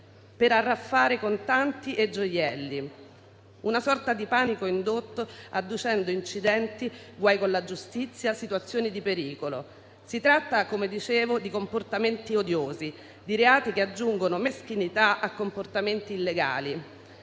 per arraffare contanti e gioielli, per indurre una sorta di panico adducendo incidenti, guai con la giustizia o situazioni di pericolo. Si tratta, come dicevo, di comportamenti odiosi e di reati che aggiungono meschinità a comportamenti illegali.